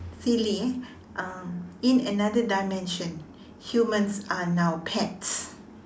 silly eh um in another dimension humans are now pets